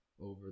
over